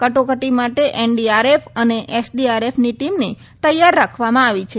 કટોકટી માટે એનડીઆરએફ અને એસડીઆરએફની ટીમને તૈયાર રાખવામાં આવી છે